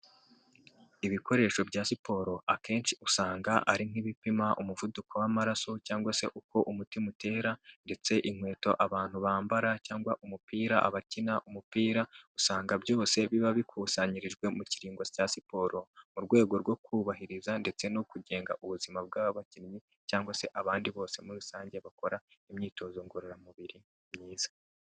Ibikoresho bya siporo akenshi usanga ari nk'ibipima umuvuduko w'amaraso cyangwa se uko umutima utera, ndetse inkweto abantu bambara cyangwa umupira, abakina umupira, usanga byose biba bikusanyirijwe mu kiringo cya siporo. Mu rwego rwo kubahiriza ndetse no kugenga ubuzima bw'abakinnyi, cyangwa se abandi bose muri rusange bakora imyitozo ngororamubiri myiza.